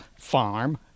farm